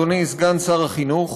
אדוני סגן שר החינוך.